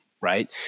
right